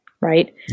right